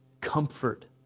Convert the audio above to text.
Comfort